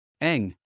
Eng